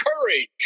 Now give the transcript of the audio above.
courage